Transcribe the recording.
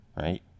right